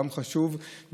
גם חשוב,